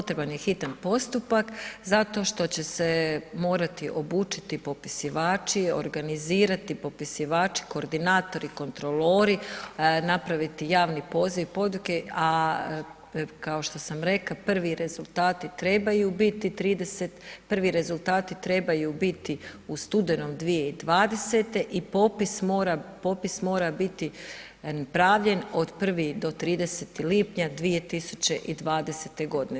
Potreban je hitni postupak zato što će se morati obučiti popisivači, organizirati popisivači, koordinatori, kontrolori, napraviti javni poziv, poduke a kao što sam rekla, prvi rezultate trebaju biti, prvi rezultati trebaju biti u studenom 2020. i popis mora biti napravljen od 1. do 30. lipnja 2020. godine.